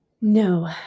No